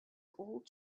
old